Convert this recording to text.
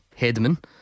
Hedman